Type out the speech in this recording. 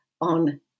on